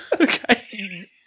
Okay